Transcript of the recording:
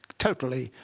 totally,